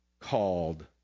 called